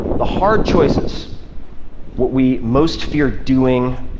the hard choices what we most fear doing,